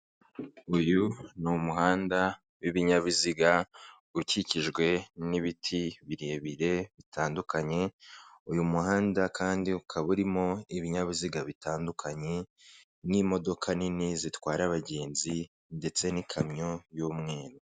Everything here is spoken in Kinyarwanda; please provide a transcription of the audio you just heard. Uyu ni umuhanda w'ibinyabiziga ukikijwe n'ibiti birebire bitandukanye, uyu muhanda kandi ukaba urimo ibinyabiziga bitandukanye n'imodoka nini zitwara abagenzi ndetse n'ikamyo y'umweru.